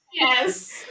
Yes